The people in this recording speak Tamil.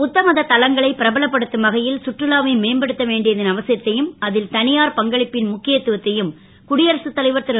புத்தமத தலங்களை பிரபலப்படுத்தும் வகை ல் சுற்றுலாவை மேம்படுத்த வேண்டியதன் அவசியத்தையும் அ ல் த யார் பங்களிப்பின் முக்கியத்துவத்தையும் குடியரசுத் தலைவர் ரு